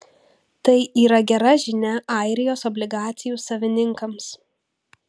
tai yra gera žinia airijos obligacijų savininkams